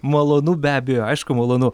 malonu be abejo aišku malonu